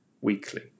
weekly